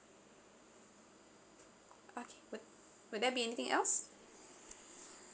okay wou~ would there be anything else